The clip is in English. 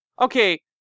Okay